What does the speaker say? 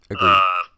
Agreed